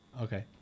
Okay